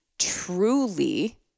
truly